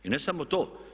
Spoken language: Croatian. I ne samo to.